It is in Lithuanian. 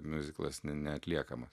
miuziklas ne neatliekamas